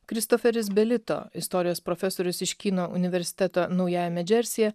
kristoferis belito istorijos profesorius iš kinų universiteto naujajame džersyje